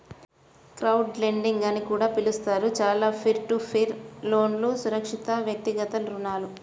crowdlending అని కూడా పిలుస్తారు, చాలా పీర్ టు పీర్ లోన్లుఅసురక్షితవ్యక్తిగత రుణాలు